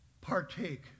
partake